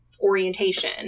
orientation